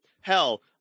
hell